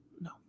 No